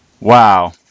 Wow